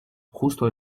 justo